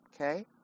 okay